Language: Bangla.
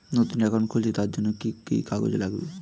নতুন অ্যাকাউন্ট খুলছি তার জন্য কি কি কাগজ লাগবে?